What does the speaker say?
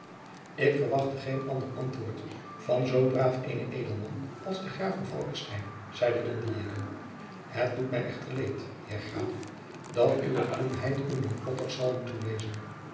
ik verwachtte geen ander antwoord van zoo braaf eenen edelman als de graaf van falckestein zeide don diego het doet mij echter leed heer graaf dat uwe koenheid u noodlottig zal moeten wezen